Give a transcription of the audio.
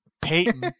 Peyton